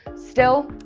still,